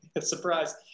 Surprise